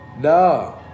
No